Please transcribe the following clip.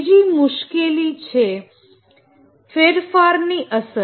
બીજી મુશ્કેલી છે ફેરફારની અસર